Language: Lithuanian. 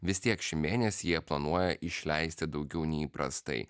vis tiek šį mėnesį jie planuoja išleisti daugiau nei įprastai